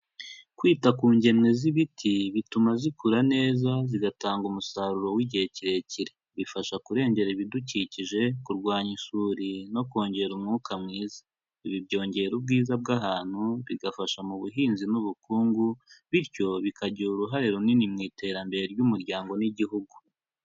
Kwita ku ngemwe z'ibiti bituma zikura neza zigatanga umusaruro w'igihe kirekire, bifasha kurengera ibidukikije, kurwanya isuri no kongera umwuka mwiza, ibi byongera ubwiza bw'ahantu bigafasha mu buhinzi n'ubukungu bityo bikagira uruhare runini mu iterambere ry'umuryango n'igihugu.